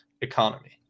economy